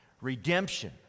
Redemption